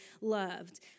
loved